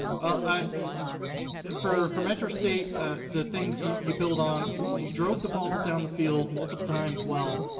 ah for from interstate the things you you build on you drove the ball down the field multiple times well,